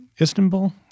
Istanbul